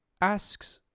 asks